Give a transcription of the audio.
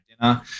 dinner